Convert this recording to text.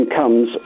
comes